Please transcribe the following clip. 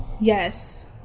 Yes